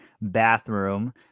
bathroom